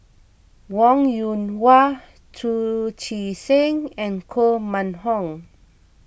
Wong Yoon Wah Chu Chee Seng and Koh Mun Hong